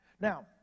now